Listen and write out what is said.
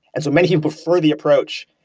and so many prefer the approach,